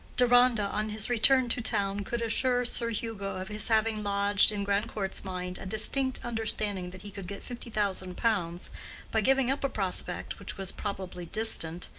deronda, on his return to town, could assure sir hugo of his having lodged in grandcourt's mind a distinct understanding that he could get fifty thousand pounds by giving up a prospect which was probably distant,